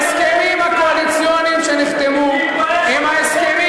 ההסכמים הקואליציוניים שנחתמו הם ההסכמים